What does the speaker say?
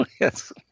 Yes